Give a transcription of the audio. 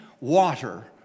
water